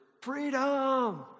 freedom